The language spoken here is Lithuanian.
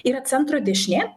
yra centro dešinė